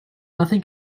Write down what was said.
nothing